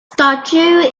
statute